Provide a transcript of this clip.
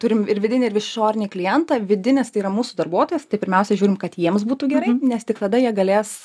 turim ir vidinį ir išorinį klientą vidinis tai yra mūsų darbuotojas tai pirmiausia žiūrim kad jiems būtų gerai nes tik tada jie galės